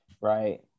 Right